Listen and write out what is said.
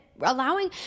allowing